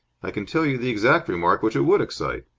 i can tell you the exact remark which it would excite.